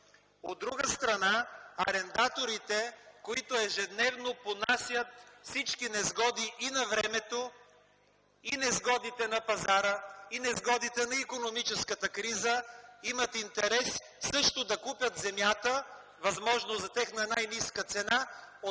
От друга страна, арендаторите, които ежедневно понасят всички несгоди и на времето, и несгодите на пазара, и несгодите на икономическата криза имат интерес също да купят земята, възможно за тях на най-ниска цена